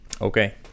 Okay